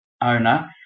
owner